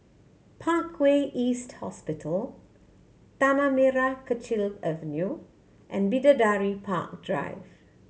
Parkway East Hospital Tanah Merah Kechil Avenue and Bidadari Park Drive